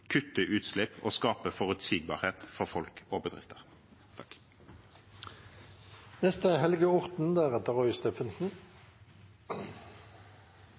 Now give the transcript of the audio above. og skaper forutsigbarhet for folk og bedrifter.